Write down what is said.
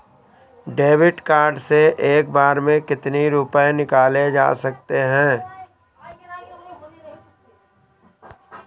David card से एक बार में कितनी रूपए निकाले जा सकता है?